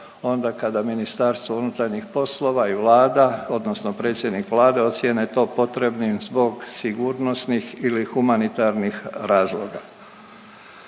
snaga i to onda kada MUP i Vlada odnosno predsjednik Vlade ocijene to potrebnim zbog sigurnosnih ili humanitarnih razloga.